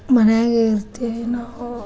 ಮನ್ಯಾಗೆ ಇರ್ತೀವಿ ನಾವು